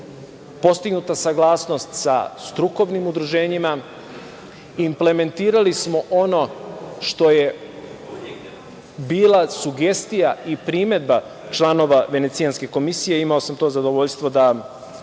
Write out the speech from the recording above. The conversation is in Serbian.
postignuta saglasnost sa strukovnim udruženjima, implementirali smo ono što je bila sugestija i primedba članova Venecijanske komisije. Imao sam to zadovoljstvo da